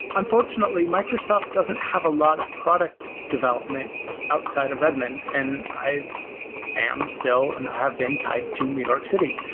unfortunately, microsoft doesn't have a lot of product development outside of redmond, and i am still and have been tied to new york city.